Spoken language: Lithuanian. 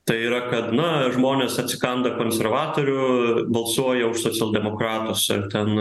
tai yra kad na žmonės atsikanda konservatorių balsuoja už socialdemokratus ar ten